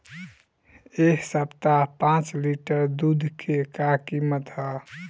एह सप्ताह पाँच लीटर दुध के का किमत ह?